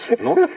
¿no